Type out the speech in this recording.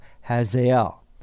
Hazael